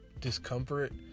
discomfort